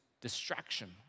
distraction